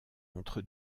entre